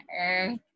earth